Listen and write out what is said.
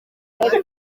rwanda